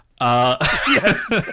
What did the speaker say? Yes